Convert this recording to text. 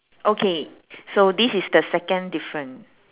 okay so this is the second different